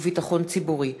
וביטחון ציבורי.